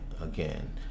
again